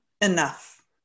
enough